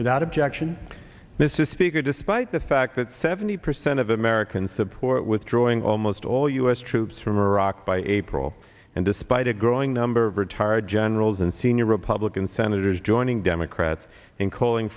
without objection mrs speaker despite the fact that seventy percent of americans support withdrawing almost all u s troops from iraq by april and despite a growing number of retired generals and senior republican senators joining democrats in calling